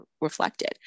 reflected